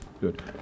good